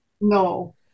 no